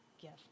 gift